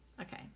Okay